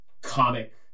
Comic